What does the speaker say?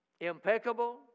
impeccable